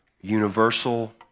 universal